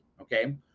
okay